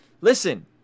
Listen